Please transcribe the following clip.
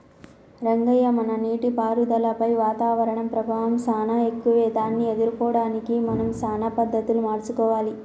రంగయ్య మన నీటిపారుదలపై వాతావరణం ప్రభావం సానా ఎక్కువే దాన్ని ఎదుర్కోవడానికి మనం సానా పద్ధతులు మార్చుకోవాలి